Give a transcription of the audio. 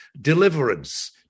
Deliverance